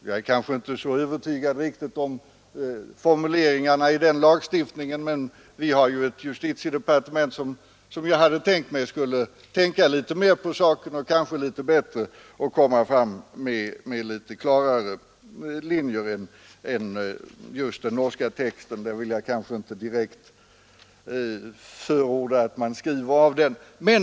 Jag är väl inte helt övertygad om att formuleringarna i den lagstiftningen är de allra bästa, men jag hade tänkt att man på justitiedepartementet skulle kunna se över lagtexten och dra upp linjerna litet klarare än i den norska formuleringen. Jag vill alltså inte direkt förorda att vi skriver av den norska bestämmelsen.